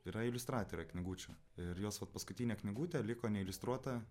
yra iliustratorė knygučių ir jos vat paskutinė knygutė liko neiliustruota